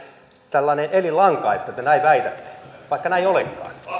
tällainen elinlanka että te näin väitätte vaikka näin ei